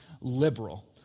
liberal